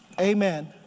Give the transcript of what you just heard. Amen